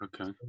Okay